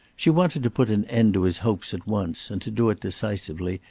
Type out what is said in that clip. she wanted to put an end to his hopes at once and to do it decisively,